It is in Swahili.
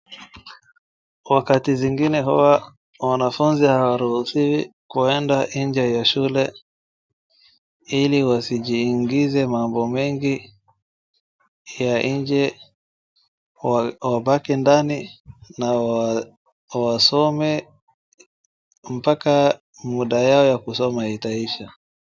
Wakati zingine huwa, wanafunzi hawaruhusiwi kuenda nje ya shule ili wasijiingize mambo mengi ya nje, wa-wabaki ndani na wa-wasome mpaka muda yao ya kusoma itaisha.